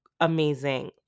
Amazing